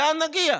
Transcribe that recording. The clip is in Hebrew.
לאן נגיע?